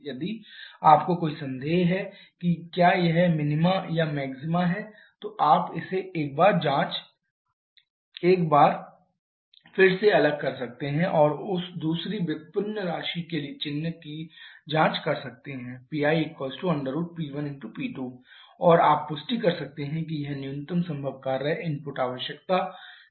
यदि आपको कोई संदेह है कि क्या यह मिनीमा या मैक्सिमा है तो आप इसे एक बार फिर से अलग कर सकते हैं और उस दूसरी व्युत्पन्न राशि के चिन्ह की जांच कर सकते हैं PlP1P2 और आप पुष्टि कर सकते हैं कि यह न्यूनतम संभव कार्य इनपुट आवश्यकता का प्रतिनिधित्व करता है